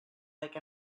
like